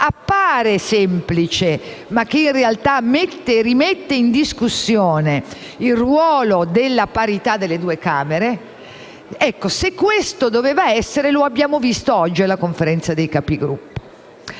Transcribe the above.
appare semplice ma che in realtà rimette in discussione il ruolo della parità delle due Camere, se questo doveva essere, lo abbiamo visto oggi alla Conferenza dei Capigruppo.